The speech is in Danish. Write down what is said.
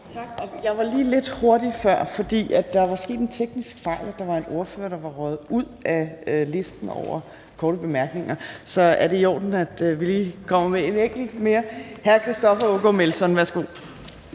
Tak. Jeg var lige lidt hurtig før, for der var sket en teknisk fejl, så der var en ordfører, der var røget ud af listen over korte bemærkninger. Så jeg håber, det er i orden, at vi lige får en enkelt mere. Hr. Christoffer Aagaard Melson, værsgo.